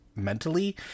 mentally